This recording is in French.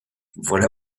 voilà